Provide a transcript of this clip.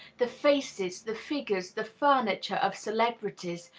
the faces, the figures, the furniture of celebrities,